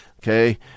Okay